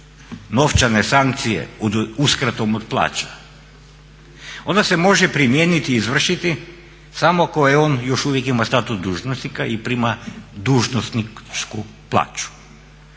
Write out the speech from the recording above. novčane sankcije uskratom od plaća. Onda se može primijeniti i izvršiti samo koje on još uvijek ima status dužnosnika i prima dužnosničku plaću.